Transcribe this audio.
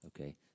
Okay